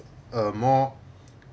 a more